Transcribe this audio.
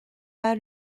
pas